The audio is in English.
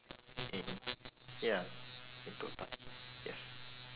in ya in DOTA yes